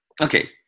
okay